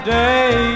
day